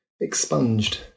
expunged